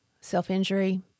self-injury